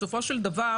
אני חושבת שבסופו של דבר